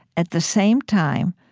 at the same time,